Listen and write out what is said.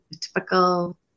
Typical